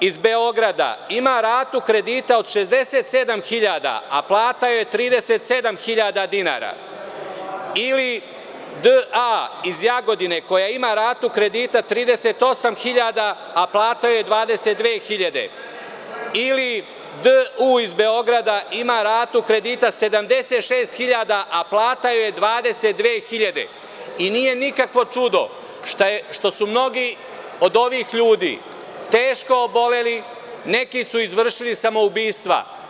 R.A. iz Beograda ima ratu kredita od 67.000, a plata joj je 37.000 dinara ili D.A. iz Jagodine koja ima ratu kredita 38.000, a plata joj je 22.000 ili D.U. iz Beograda ima ratu kredita 76.000, a plata joj je 22.000 i nije nikakvo čudo što su mnogi od ovih ljudi teško oboleli, neki su izvršili samoubistva.